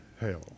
hell